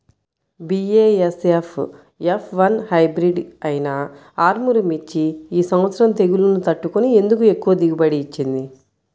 BASF F one hybrid అయినా ఆర్ముర్ మిర్చి ఈ సంవత్సరం తెగుళ్లును తట్టుకొని ఎందుకు ఎక్కువ దిగుబడి ఇచ్చింది?